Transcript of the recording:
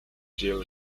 jill